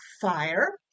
fire